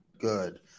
Good